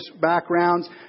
backgrounds